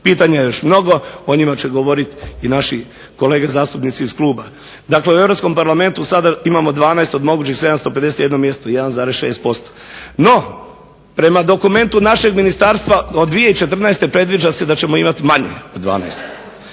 Pitanja je još mnogo, o njima će govoriti i naši kolege zastupnici iz kluba. Dakle, u Europskom parlamentu sada imamo 12 od mogućih 751 mjesto, 1,6%. No, prema dokumentu našeg ministarstva od 2014. predviđa se da ćemo imati manje od 12.